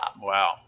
Wow